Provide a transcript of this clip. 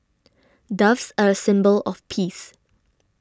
doves are a symbol of peace